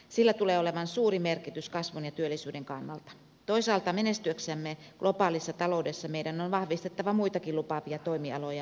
sillä tulee olemaan suuri merkitys kasvanee työllisyyden kannalta toisaalta menestyäksemme globaalissa taloudessa meidän on vahvistettava muitakin lupaaviatoimialoja